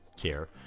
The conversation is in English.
care